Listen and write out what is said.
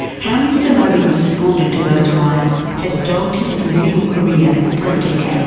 how mr modi responded to those riots has dogged his political career for a decade